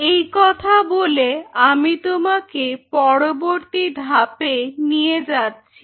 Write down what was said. এই কথা বলে আমি তোমাকে পরবর্তী ধাপে নিয়ে যাচ্ছি